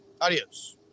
Adios